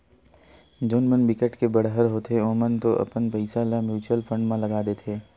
जउन मन बिकट के बड़हर होथे ओमन तो अपन पइसा ल म्युचुअल फंड म लगा देथे